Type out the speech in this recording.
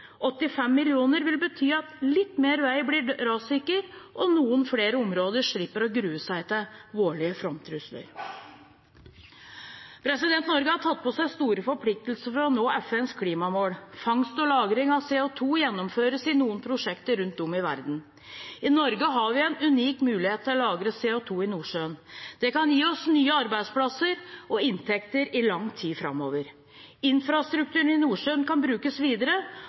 85 mill. kr vil bety at litt mer vei blir rassikker, og at noen flere områder slipper å grue seg til vårlige flomtrusler. Norge har tatt på seg store forpliktelser for å nå FNs klimamål. Fangst og lagring av CO2 gjennomføres i noen prosjekter rundt om i verden. I Norge har vi en unik mulighet til å lagre CO2 i Nordsjøen. Det kan gi oss nye arbeidsplasser og inntekter i lang tid framover. Infrastrukturen i Nordsjøen kan brukes videre,